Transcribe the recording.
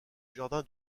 jardin